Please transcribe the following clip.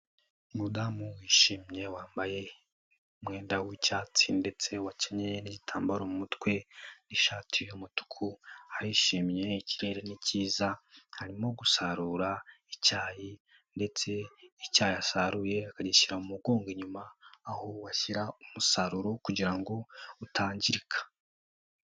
Umudamu wishimye wambaye umwenda w'icyatsi ndetse wakinnye n'nigitambararo umutwe, n'ishati y'umutuku, arishimye ikirere ni cyiza, arimo gusarura icyayi ndetse icyo yasaruye akagishyira mu mugongo inyuma, aho washyira umusaruro kugirango utangirika.